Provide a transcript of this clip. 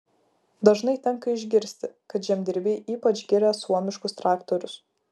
dažnai tenka išgirsti kad žemdirbiai ypač giria suomiškus traktorius